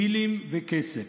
דילים וכסף.